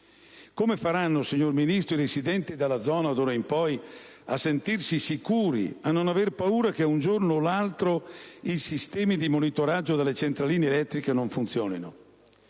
Ministro, i residenti della zona, d'ora in poi, a sentirsi sicuri, a non aver paura che un giorno o l'altro i sistemi di monitoraggio delle centraline elettriche non funzionino?